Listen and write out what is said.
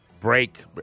break